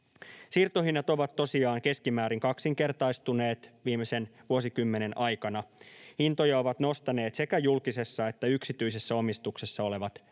Siirtohinnat ovat tosiaan keskimäärin kaksinkertaistuneet viimeisen vuosikymmenen aikana. Hintoja ovat nostaneet sekä julkisessa että yksityisessä omistuksessa olevat